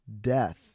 death